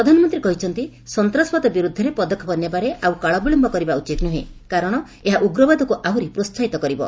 ପ୍ରଧାନମନ୍ତ୍ରୀ କହିଛନ୍ତି ସନ୍ତାସବାଦ ବିରୁଦ୍ଧରେ ପଦକ୍ଷେପ ନେବାରେ ଆଉ କାଳବିଳୟ କରିବା ଉଚିତ ନୁହେଁ କାରଣ ଏହା ଉଗ୍ରବାଦକୁ ଆହୁରି ପ୍ରୋସହିତ କରିବ